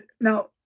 Now